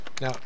Now